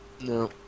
No